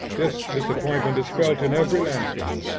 this disappointment is felt in every landscape.